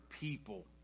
people